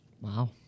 Wow